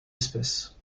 espèces